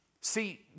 See